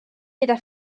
gyda